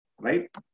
right